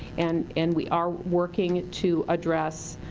and and we are working to address